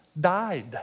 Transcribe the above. died